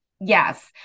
Yes